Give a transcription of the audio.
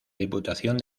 diputación